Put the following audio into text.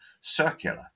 circular